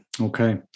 Okay